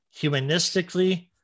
humanistically